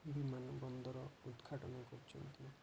ବିମାନ ବନ୍ଦର ଉଦ୍ଘାଟନ କରିଛନ୍ତି